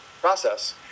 process